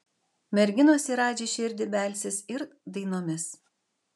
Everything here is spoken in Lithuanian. merginos į radži širdį belsis ir dainomis